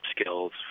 skills